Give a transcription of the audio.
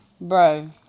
Bro